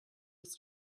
was